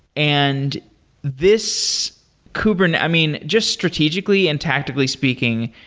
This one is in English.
and this kubernetes i mean, just strategically and tactically speaking,